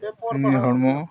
ᱦᱚᱲᱢᱚ